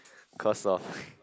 cause of